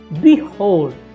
Behold